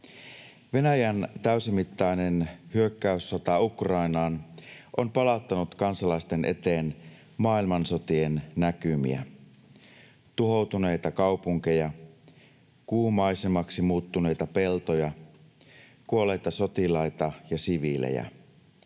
Venäjän täysimittainen hyökkäyssota Ukrainaan on palauttanut kansalaisten eteen maailmansotien näkymiä: tuhoutuneita kaupunkeja, kuumaisemaksi muuttuneita peltoja, kuolleita sotilaita ja siviilejä,